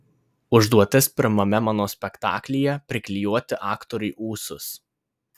užduotis pirmame mano spektaklyje priklijuoti aktoriui ūsus